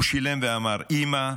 הוא שילם ואמר: אימא,